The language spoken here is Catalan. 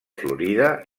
florida